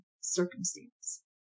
circumstance